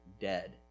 dead